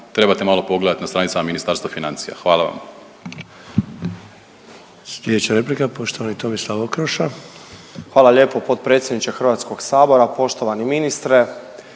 trebate malo pogledati na stranicama Ministarstva financija. Hvala vam.